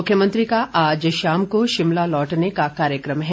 मुख्यमंत्री का आज शाम को शिमला लौटने का कार्यकम है